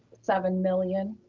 seven million.